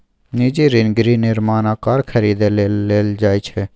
निजी ऋण गृह निर्माण आ कार खरीदै लेल लेल जाइ छै